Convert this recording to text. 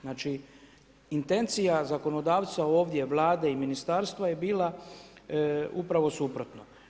Znači intencija, zakonodavca ovdje, Vlade i ministarstva je bila upravo suprotno.